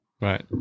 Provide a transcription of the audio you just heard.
right